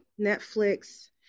Netflix